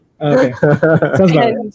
Okay